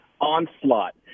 onslaught